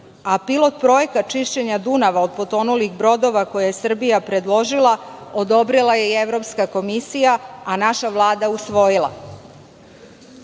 a pilot projekat čišćenja Dunava od potonulih brodova, koji je Srbija predložila, odobrila je i evropska komisija, a naša Vlada usvojila. Znamo